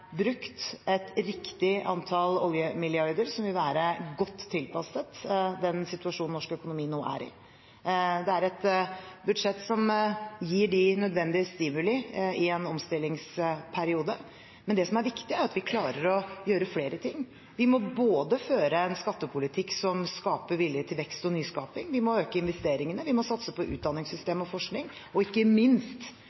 brukt et riktig antall oljemilliarder, som vil være godt tilpasset den situasjonen norsk økonomi nå er i. Det er et budsjett som gir de nødvendige stimuli i en omstillingsperiode. Men det som er viktig, er at vi klarer å gjøre flere ting: Vi må føre en skattepolitikk som skaper vilje til vekst og nyskaping, vi må øke investeringene, vi må satse på